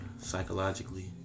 Psychologically